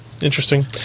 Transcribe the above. Interesting